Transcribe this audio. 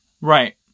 Right